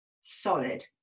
solid